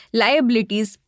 liabilities